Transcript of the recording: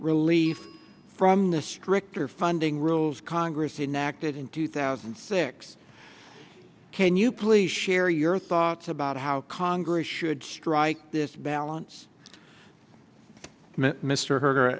relief from the stricter funding rules congress enacted in two thousand and six can you please share your thoughts about how congress should strike this balance mr herder